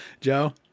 Joe